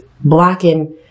blocking